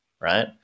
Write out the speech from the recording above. Right